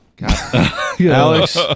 Alex